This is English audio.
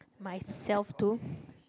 myself too